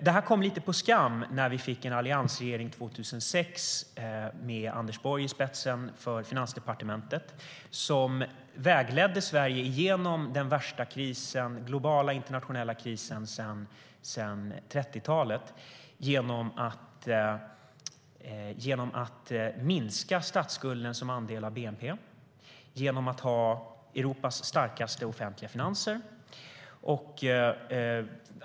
Detta kom lite på skam när vi fick en alliansregering 2006, med Anders Borg i spetsen för Finansdepartementet, som vägledde Sverige genom den värsta globala, internationella krisen sedan 1930-talet genom att minska statsskuldens andel av bnp och genom att ha Europas starkaste offentliga finanser.